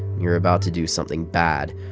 you're about to do something bad,